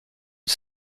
une